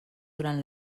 durant